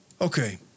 okay